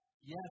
yes